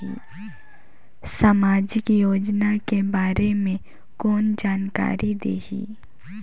समाजिक योजना के बारे मे कोन जानकारी देही?